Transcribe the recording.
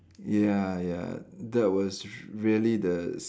ya ya that was really the s~